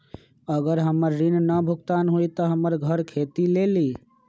अगर हमर ऋण न भुगतान हुई त हमर घर खेती लेली?